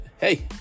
Hey